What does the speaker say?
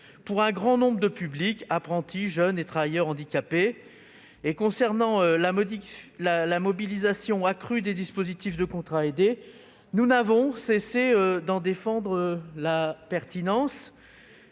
pour un grand nombre de publics- apprentis, jeunes et travailleurs handicapés. Quant à la mobilisation accrue des dispositifs de contrats aidés, nous n'avons cessé d'en défendre la pertinence.